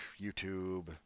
YouTube